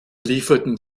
lieferten